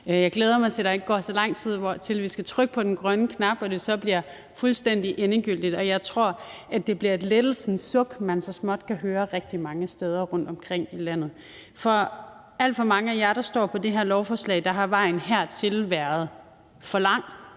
jeg glæder mig over, at der ikke går så lang tid, før vi skal trykke på den grønne knap, og at det så bliver fuldstændig endegyldigt. Jeg tror, at det bliver et lettelsens suk, man så så småt kan høre rigtig mange steder rundtomkring i landet. For alt for mange af jer, der står på det her lovforslag, har vejen hertil været for lang